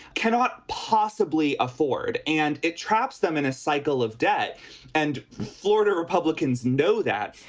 cannot possibly afford. and it traps them in a cycle of debt and florida republicans know that,